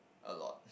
a lot